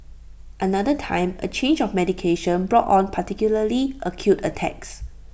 another time A change of medication brought on particularly acute attacks